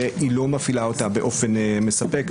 והיא לא מפעילה אותה באופן מספק.